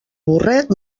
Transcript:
burret